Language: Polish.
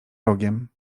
rogiem